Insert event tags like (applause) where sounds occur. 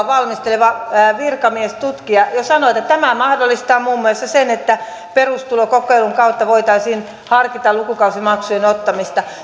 (unintelligible) valmisteleva virkamiestutkija jo sanoi että tämä mahdollistaa muun muassa sen että perustulokokeilun kautta voitaisiin harkita lukukausimaksujen ottamista